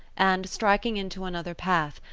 and, striking into another path,